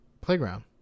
playground